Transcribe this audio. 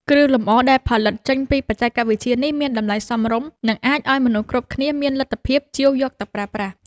គ្រឿងលម្អដែលផលិតចេញពីបច្ចេកវិទ្យានេះមានតម្លៃសមរម្យ និង អាចឱ្យមនុស្សគ្រប់គ្នាមានលទ្ធភាពជាវយកទៅប្រើប្រាស់។